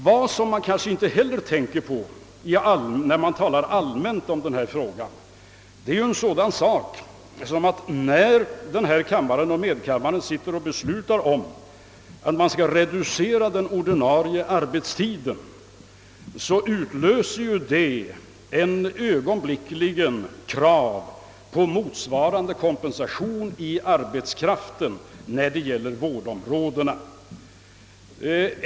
Vad man kanske inte heller tänker på då man allmänt talar om dessa frågor är en sådan sak som att när riksdagen fattar beslut om att den ordinarie arbetstiden skall reduceras, så utlöser detta ögonblickligen krav på motsvarande kompensation i form av mera arbetskraft för exempelvis vårdområdena.